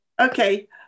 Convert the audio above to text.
okay